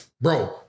bro